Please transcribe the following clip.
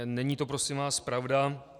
Není to prosím vás pravda.